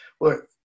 Look